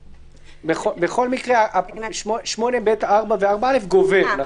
בכל מקרה 8(ב)(4) ו-(4א) גובר.